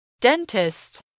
Dentist